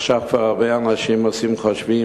עכשיו כבר הרבה אנשים עושים חושבים,